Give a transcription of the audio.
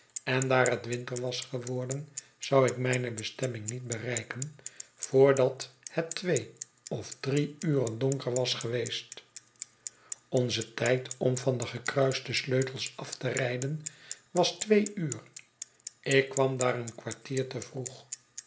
en daar het winter was geworden zou ik mijne bestemming niet bereiken voordat het twee of drie uren donker was geweest onze tijd om van de gekruiste sleutels af te rijden was twee uur ik kwam daar een kwartier te vroeg